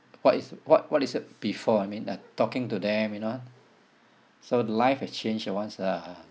what is what what it is before I mean uh talking to them you know so the life has changed once uh